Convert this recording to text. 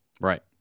Right